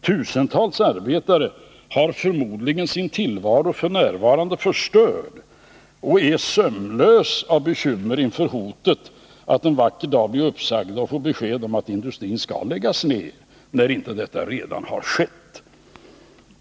Tusentals arbetare har förmodligen f.n. sin tillvaro förstörd och är sömnlösa av bekymmer inför hotet att en vacker dag bli uppsagda och få besked om att industrin skall läggas ner, där detta inte redan har skett.